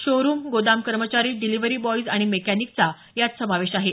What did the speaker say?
showroom गोदाम कर्मचारी delivery boys आणि मेकॅनिकचा त्यात समावेश आहे